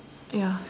ya